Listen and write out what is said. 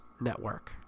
Network